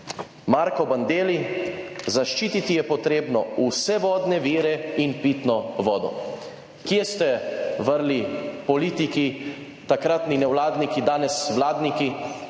Marko Bandelli: »Zaščititi je potrebno vse vodne vire in pitno vodo.« Kje ste vrli politiki, takratni nevladniki, danes vladniki,